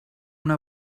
una